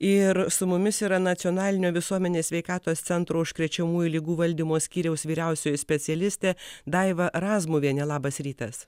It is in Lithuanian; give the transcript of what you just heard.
ir su mumis yra nacionalinio visuomenės sveikatos centro užkrečiamųjų ligų valdymo skyriaus vyriausioji specialistė daiva razmuvienė labas rytas